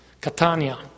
Catania